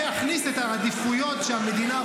להכניס את העדיפויות שהמדינה רואה,